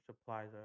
supplies